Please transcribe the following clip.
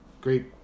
great